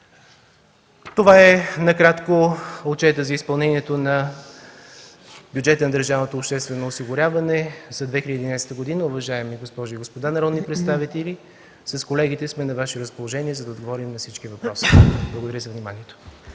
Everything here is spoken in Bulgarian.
Това е накратко отчетът за изпълнението на бюджета на държавното обществено осигуряване за 2011 г., уважаеми госпожи и господа народни представители. С колегите сме на Ваше разположение, за да отговорим на всички въпроси. Благодаря за вниманието.